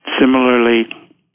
similarly